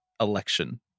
election